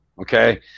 okay